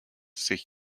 sich